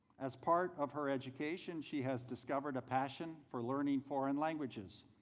as part of her education, she has discovered a passion for learning foreign languages,